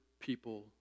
people